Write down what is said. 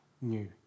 new